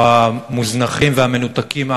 או המוזנחים והמנותקים,